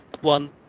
one